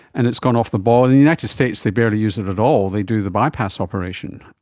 and it's gone off the boil. in the united states they barely use it at all, they do the bypass operation.